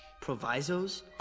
Provisos